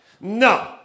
No